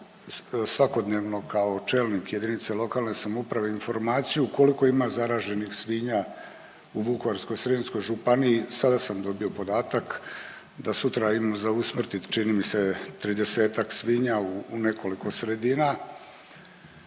svakodnevno kao čelnik jedinice lokalne samouprave informaciju koliko ima zaraženih svinja u Vukovarsko-srijemskoj županiji, sada sam dobio podatak da sutra imam za usmrtit čini mi se 30-ak svinja u nekoliko sredina.